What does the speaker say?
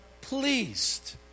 pleased